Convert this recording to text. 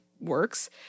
works